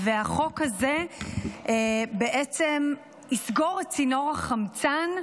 החוק הזה בעצם יסגור את צינור החמצן לנוכלים.